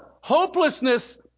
hopelessness